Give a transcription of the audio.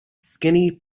skinny